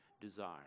desire